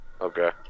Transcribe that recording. Okay